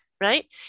right